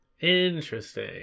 Interesting